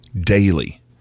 daily